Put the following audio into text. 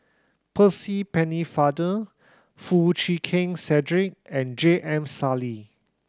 Percy Pennefather Foo Chee Keng Cedric and J M Sali